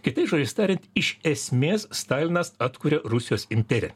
kitais žodžiais tariant iš esmės stalinas atkuria rusijos imperiją